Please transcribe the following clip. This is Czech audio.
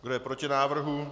Kdo je proti návrhu?